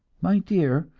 my dear,